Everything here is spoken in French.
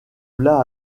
v’là